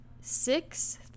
six